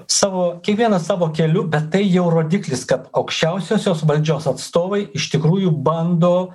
savo kievienas savo keliu bet tai jau rodiklis kad aukščiausiosios valdžios atstovai iš tikrųjų bando